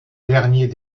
dernier